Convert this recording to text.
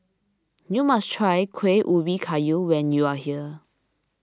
you must try Kueh Ubi Kayu when you are here